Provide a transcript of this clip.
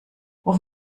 ruf